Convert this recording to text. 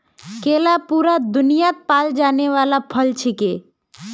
केला पूरा दुन्यात पाल जाने वाला फल छिके